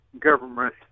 government